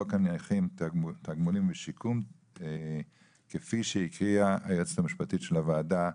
חוק הנכים תגמולים ושיקום כפי שהקריאה היועצת המשפטית של הוועדה,